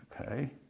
okay